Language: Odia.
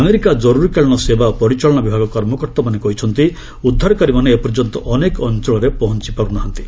ଆମେରିକା କରୁରୀକାଳୀନ ସେବା ପରିଚାଳନା ବିଭାଗ କର୍ମକର୍ତ୍ତାମାନେ କହିଛନ୍ତି ଉଦ୍ଧାରକାରୀମାନେ ଏପର୍ଯ୍ୟନ୍ତ ଅନେକ ଅଞ୍ଚଳରେ ପହଞ୍ଚପାରୁ ନାହାନ୍ତି